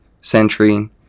century